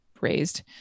raised